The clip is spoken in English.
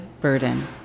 burden